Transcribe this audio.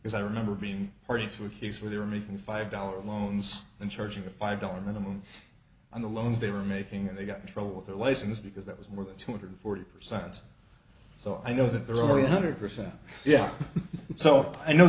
is i remember being party to a case where they were making five dollars loans and charging a five dollar minimum on the loans they were making and they got in trouble with their license because that was more than two hundred forty percent so i know that there are one hundred percent yeah so i know